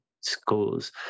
schools